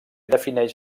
defineix